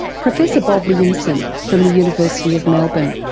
professor bob williamson from the university of melbourne,